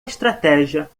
estratégia